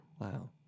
Wow